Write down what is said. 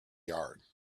yard